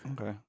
Okay